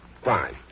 Fine